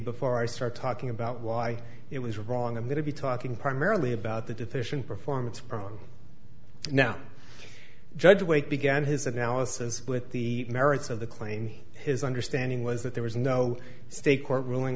before i start talking about why it was wrong i'm going to be talking primarily about the deficient performance problem now judge wait began his analysis with the merits of the claim here his understanding was that there was no state court ruling